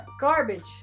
garbage